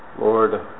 Lord